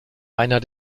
einer